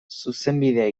zuzenbidea